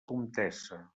comtessa